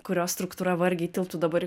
kurio struktūra vargiai tilptų dabar